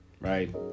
right